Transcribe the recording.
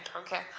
okay